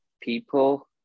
people